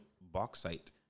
bauxite